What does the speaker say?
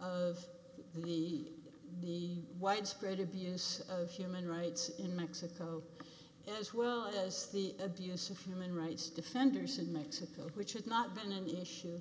of the the widespread abuse of human rights in mexico as well as the abuse of human rights defenders in mexico which was not been an issue